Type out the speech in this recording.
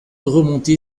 remonté